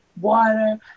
water